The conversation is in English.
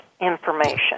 information